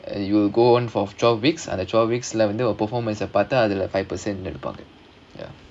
and you will go on for twelve weeks and the twelve weeks lah வந்து:vandhu five percent எடுப்பாங்க:edupaanga ya